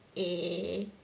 eh